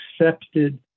accepted